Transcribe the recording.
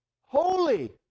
holy